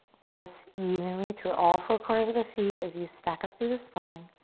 press evenly through all four corners of the feet as you stack up through the spine.